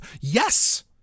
Yes